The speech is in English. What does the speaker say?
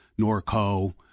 Norco